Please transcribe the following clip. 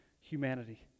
humanity